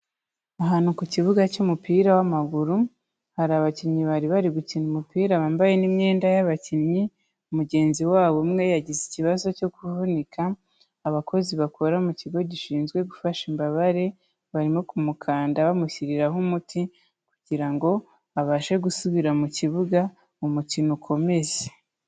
Ahantu ku kibuga cy'umupira w'amaguru, hari abakinnyi bari bari gukina umupira bambaye n'imyenda y'abakinnyi, mugenzi wabo umwe yagize ikibazo cyo kuvunika, abakozi bakora mu kigo gishinzwe gufasha imbabare, barimo kumukanda bamushyiriraho umuti kugira ngo abashe gusubira mu kibuga umukino ukomeze.